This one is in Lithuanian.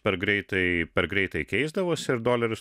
per greitai per greitai keisdavosi ir doleris